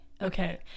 Okay